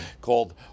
called